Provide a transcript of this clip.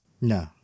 No